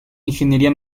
ingeniería